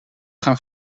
gaan